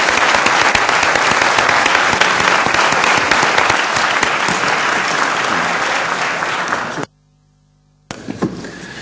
Hvala.